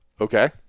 Okay